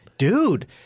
Dude